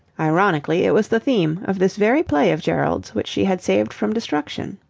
ironically, it was the theme of this very play of gerald's which she had saved from destruction.